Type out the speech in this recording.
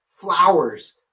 flowers